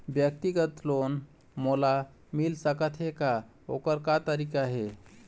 व्यक्तिगत लोन मोल मिल सकत हे का, ओकर का तरीका हे?